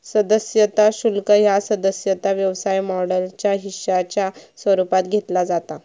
सदस्यता शुल्क ह्या सदस्यता व्यवसाय मॉडेलच्या हिश्शाच्या स्वरूपात घेतला जाता